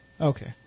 okay